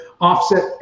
offset